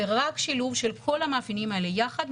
ורק שילוב של כל המאפיינים האלה יחד,